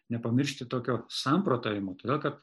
nepamiršti tokio samprotavimo todėl kad